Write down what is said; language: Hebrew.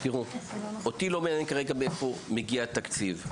אותי לא מעניין כרגע מאיפה מגיע התקציב,